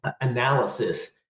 analysis